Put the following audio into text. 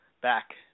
back